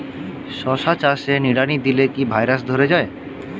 শশা চাষে নিড়ানি দিলে কি ভাইরাস ধরে যায়?